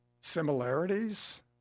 similarities